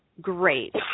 Great